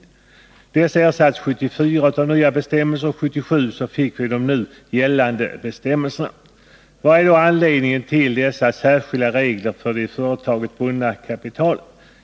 Dessa regler ersattes 1974 av nya bestämmelser, och 1977 fick vi de nu gällande bestämmelserna. Jag vill nämna några av anledningarna till dessa särskilda regler för det i företagen bundna kapitalet.